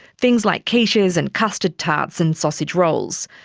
things like quiches and custard tarts and sausage rolls.